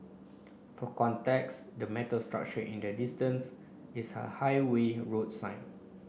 for context the metal structure in the distance is a highway roads sign